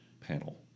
panel